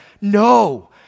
No